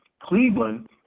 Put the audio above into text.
Cleveland